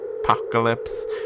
apocalypse